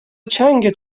چنگ